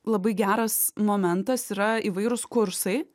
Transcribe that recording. labai geras momentas yra įvairūs kursai